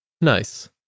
Nice